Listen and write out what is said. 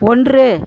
ஒன்று